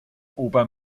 ober